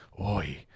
Oi